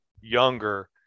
younger